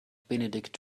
benedikt